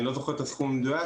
אני לא זוכר את הסכום המדויק,